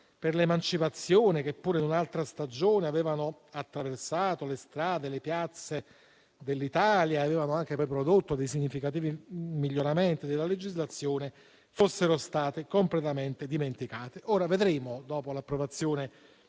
per l'emancipazione, che pure in un'altra stagione avevano attraversato le strade e le piazze d'Italia e avevano anche prodotto significativi miglioramenti della legislazione, fossero state completamente dimenticate. Ora vedremo, dopo l'approvazione